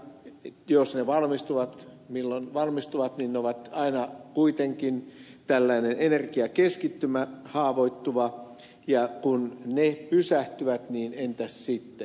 jos ne valmistuvat milloin valmistuvat niin ne ovat aina kuitenkin tällainen energiakeskittymä haavoittuva ja kun ne pysähtyvät niin entäs sitten